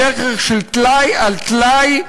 בדרך של טלאי על טלאי,